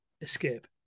escape